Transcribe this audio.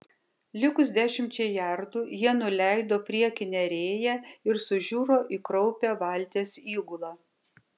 likus dešimčiai jardų jie nuleido priekinę rėją ir sužiuro į kraupią valties įgulą